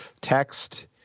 text